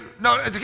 no